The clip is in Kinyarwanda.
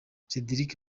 cédric